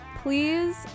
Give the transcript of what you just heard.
Please